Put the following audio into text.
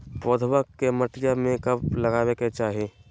पौधवा के मटिया में कब लगाबे के चाही?